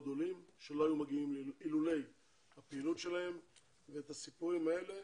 עולים שלא היו מגיעים אילולא הפעילות שלהם ואת הסיפורים האלה